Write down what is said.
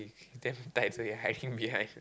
damn tight so we hide him behind